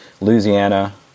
Louisiana